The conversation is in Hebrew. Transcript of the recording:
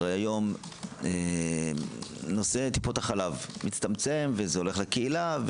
היום נושא טיפות החלב מצטמצם וזה הולך לקהילה,